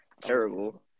terrible